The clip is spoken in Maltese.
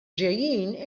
ġejjin